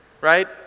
right